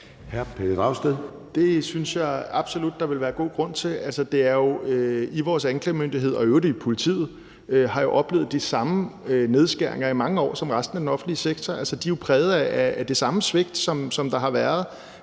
Pelle Dragsted (EL): Det synes jeg absolut at der vil være god grund til. Vores anklagemyndighed og i øvrigt politiet har jo oplevet de samme nedskæringer i mange år som resten af den offentlige sektor. De er jo præget af det samme svigt, som der har været